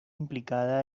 implicada